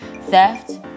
theft